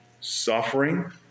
suffering